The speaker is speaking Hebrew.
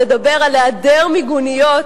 לדבר על היעדר מיגוניות